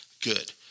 Good